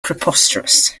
preposterous